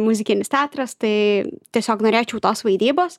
muzikinis teatras tai tiesiog norėčiau tos vaidybos